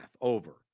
over